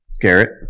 garrett